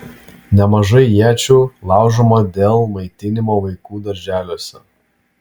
nemažai iečių laužoma dėl maitinimo vaikų darželiuose